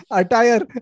attire